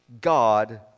God